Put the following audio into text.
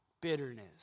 bitterness